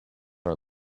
are